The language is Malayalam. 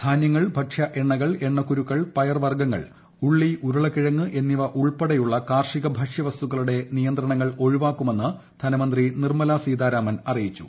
ധാനൃങ്ങൾ ഭക്ഷ്യ എണ്ണകൾ എണ്ണക്കുരുക്കൾ പയർ വർഗ്ഗങ്ങൾ ഉള്ളി ഉരുളക്കിഴങ്ങ് എന്നിവ ഉൾപ്പെടെയുള്ള കാർഷിക ഭക്ഷ്യ വസ്തുക്കളുടെ നിയന്ത്രണങ്ങൾ ഒഴിവാക്കുമെന്ന് ധനമന്ത്രി നിർമ്മലാ സീതാരാമൻ അറിയിച്ചു